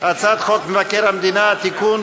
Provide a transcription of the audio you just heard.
הצעת חוק מבקר המדינה (תיקון,